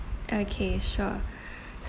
okay sure